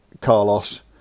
Carlos